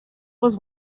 was